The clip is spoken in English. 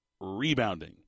rebounding